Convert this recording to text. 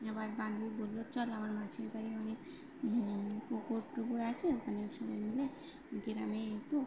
আমার বান্ধবী বললো চল আমার মাসির বাড়ি অনেক পুকুর টুকুর আছে ওখানে সবাই মিলে গ্রামে এই তো